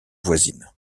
voisine